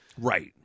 Right